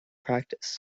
practice